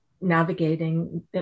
navigating